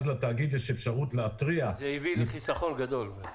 אז יש לתאגיד אפשרות להתריע -- זה הביא לחיסכון גדול.